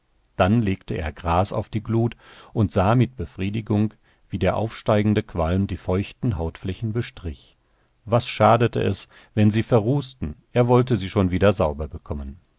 dann legte er gras auf die glut und sah mit befriedigung wie der aufsteigende qualm die feuchten hautflächen bestrich was schadete es wenn sie verrußten er wollte sie schon wieder sauber bekommen